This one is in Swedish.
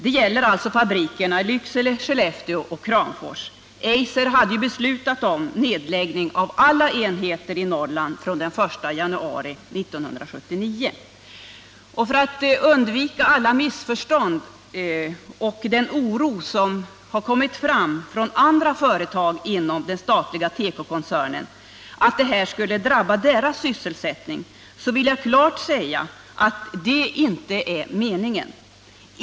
Det gäller alltså fabrikerna i Lycksele, Skellefteå och Kramfors — Eiser hade ju beslutat om nedläggning av alla enheter i Norrland från den 1 januari 1979. Föratt undvika alla missförstånd och för att skingra oron bland de anställda vid andra företag inom den statliga tekokoncernen för att detta skulle komma att drabba deras sysselsättning vill jag klart säga att detta inte är meningen.